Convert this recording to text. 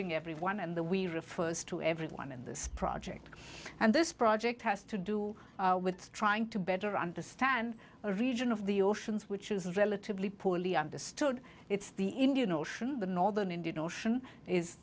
in everyone and the we refers to everyone in this project and this project has to do with trying to better understand a region of the oceans which is relatively poorly understood it's the indian ocean the northern indian ocean is